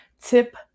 Tip